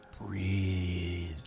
Breathe